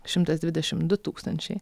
šimtas dvidešim du tūkstančiai